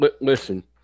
listen